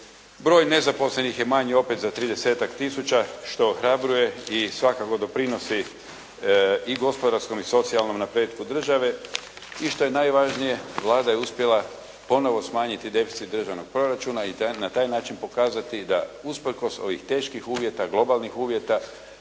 Broj nezaposlenih je manji opet za 30-tak tisuća što ohrabruje i svakako doprinosi i gospodarskom i socijalnom napretku države. I što je najvažnije Vlada je uspjela ponovo smanjiti deficit državnog proračuna i na taj način pokazati da usprkos ovih teških uvjeta, globalnih uvjeta,